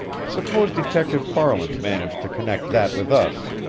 suppose detective farland managed to connect that with us.